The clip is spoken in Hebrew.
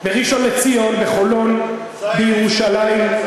אתם יורים,